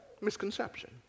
Misconception